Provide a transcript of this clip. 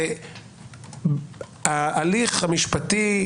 וההליך המשפטי,